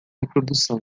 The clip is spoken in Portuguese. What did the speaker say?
reprodução